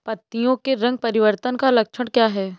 पत्तियों के रंग परिवर्तन का लक्षण क्या है?